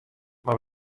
mar